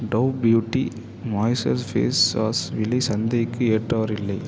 tau beauty moisture face wash விலை சந்தைக்கு ஏற்றார் இல்லை